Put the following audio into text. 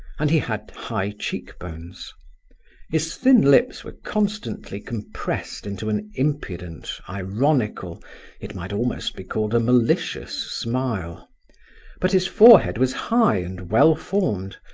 and he had high cheek bones his thin lips were constantly compressed into an impudent, ironical it might almost be called a malicious smile but his forehead was high and well formed,